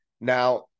Now